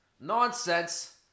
Nonsense